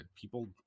people